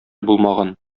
булмаган